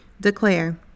Declare